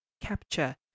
capture